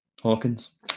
Hawkins